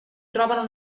trovano